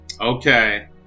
Okay